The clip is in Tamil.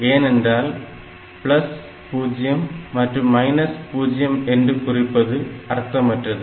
ஏனென்றால் 0 மற்றும் 0 என்று குறிப்பது அர்த்தமற்றது